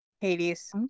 Hades